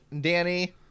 Danny